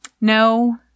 No